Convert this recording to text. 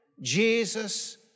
Jesus